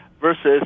Versus